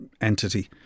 entity